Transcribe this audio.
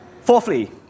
Fourthly